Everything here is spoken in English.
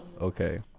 okay